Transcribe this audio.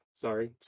Sorry